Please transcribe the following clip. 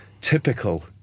typical